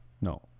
no